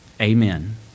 Amen